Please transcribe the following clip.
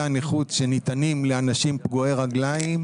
הנכות שניתנים לאנשים פגועי רגליים.